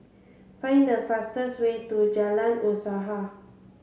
find the fastest way to Jalan Usaha